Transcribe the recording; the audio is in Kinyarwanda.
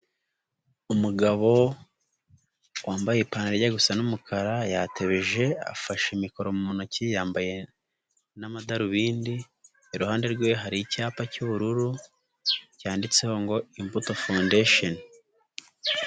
Umugabo wambaye ipantaro ijya gusa n'umukara yatebeje afashe imikoro mu ntoki yambaye n'amadarubindi iruhande rwe hari icyapa cy'ubururu cyanditseho ngo Imbuto foundation.